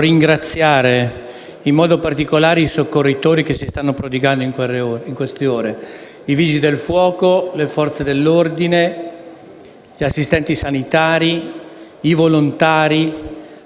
ringraziare in modo particolare i soccorritori che si stanno prodigando in queste ore, i Vigili del fuoco, le Forze dell'ordine, gli assistenti sanitari, i volontari,